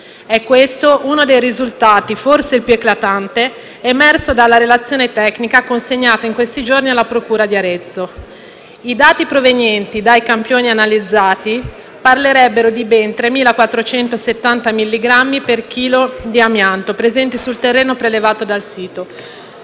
È questo uno dei risultati - forse il più eclatante - emerso dalla relazione tecnica consegnata in questi giorni alla procura di Arezzo. I dati provenienti dai campioni analizzati parlerebbero di ben 3.470 milligrammi per chilo di amianto presenti sul terreno prelevato dal sito.